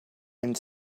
and